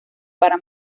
para